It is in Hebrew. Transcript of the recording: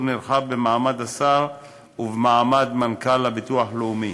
נרחב במעמד השר ובמעמד מנכ"ל הביטוח הלאומי.